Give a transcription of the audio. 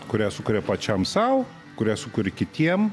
kurią sukuria pačiam sau kurią sukuri kitiem